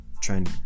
trying